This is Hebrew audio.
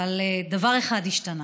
אבל דבר אחד השתנה: